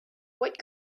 what